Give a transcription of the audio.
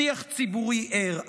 שיח ציבורי ער,